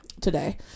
Today